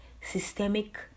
systemic